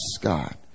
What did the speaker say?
God